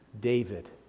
David